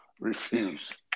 Refuse